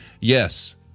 Yes